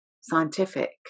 scientific